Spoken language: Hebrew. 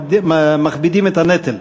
העניים מכבידים את הנטל.